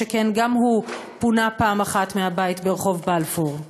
שכן גם הוא פונה פעם אחת מהבית ברחוב בלפור.